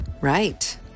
right